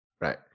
right